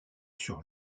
sur